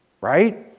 Right